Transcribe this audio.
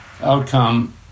outcome